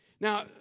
Now